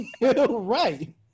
Right